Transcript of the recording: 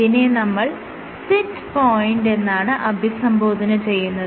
ഇതിനെ നമ്മൾ set point എന്നാണ് അഭിസംബോധന ചെയ്യുന്നത്